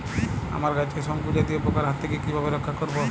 আমার গাছকে শঙ্কু জাতীয় পোকার হাত থেকে কিভাবে রক্ষা করব?